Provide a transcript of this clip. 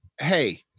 hey